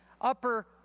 upper